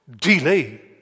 delay